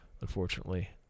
unfortunately